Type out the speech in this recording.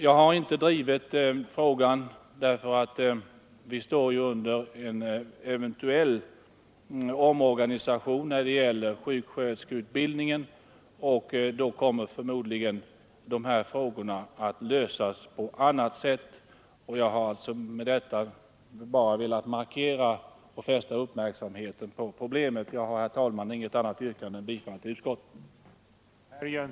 Jag har inte drivit frågan, eftersom vi står inför en eventuell omorganisation när det gäller sjuksköterskeutbildningen och då förmodligen dessa problem kommer att lösas på annat sätt. Jag har med motionen och det anförda bara velat fästa uppmärksamheten på proble Nr 90 men. Jag har, herr talman, inget annat yrkande än om bifall till utskottets Måndagen den